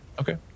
Okay